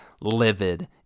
livid